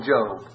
Job